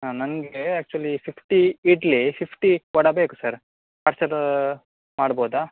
ನನಗೆ actually fifty idli fifty vada ಬೇಕು sir ಅಷ್ಟು ಅದು ಮಾಡ್ಬೋದಾ